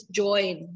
join